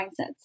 mindsets